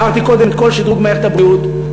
תיארתי קודם את כל שדרוג מערכת הבריאות,